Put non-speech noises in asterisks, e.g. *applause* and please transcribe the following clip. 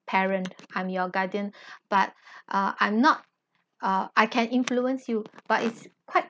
parent I'm your guardian *breath* but uh I'm not uh I can influence you but it's quite